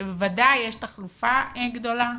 שבוודאי יש תחלופה גדולה,